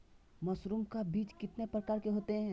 Mushroom का बीज कितने प्रकार के होते है?